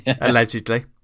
Allegedly